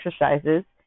exercises